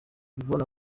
yvonne